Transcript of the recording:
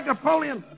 Napoleon